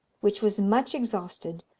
which was much exhausted,